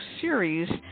series